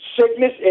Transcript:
sickness